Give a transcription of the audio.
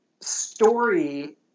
story